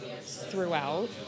throughout